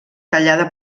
tallada